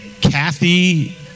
Kathy